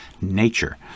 nature